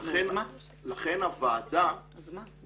לכן הוועדה --- אז מה?